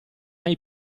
hai